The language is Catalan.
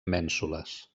mènsules